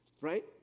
right